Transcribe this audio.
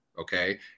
okay